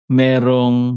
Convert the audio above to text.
merong